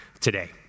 today